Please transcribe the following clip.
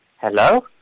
Hello